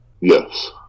Yes